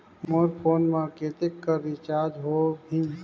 मोर phone मा कतेक कर रिचार्ज हो ही?